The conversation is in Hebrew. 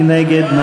מי נגד?